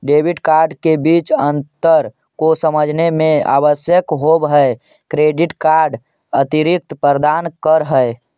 Debit card के बीच अंतर को समझे मे आवश्यक होव है क्रेडिट कार्ड अतिरिक्त प्रदान कर है?